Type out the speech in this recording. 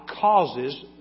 causes